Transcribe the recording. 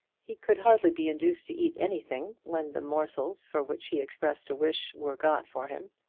he could hardly be induced to eat anything when the morsels for which he expressed a wish were got for him.